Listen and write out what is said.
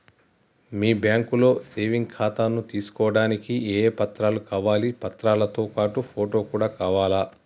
మీ బ్యాంకులో సేవింగ్ ఖాతాను తీసుకోవడానికి ఏ ఏ పత్రాలు కావాలి పత్రాలతో పాటు ఫోటో కూడా కావాలా?